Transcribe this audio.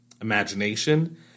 imagination